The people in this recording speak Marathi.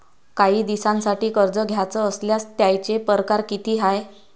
कायी दिसांसाठी कर्ज घ्याचं असल्यास त्यायचे परकार किती हाय?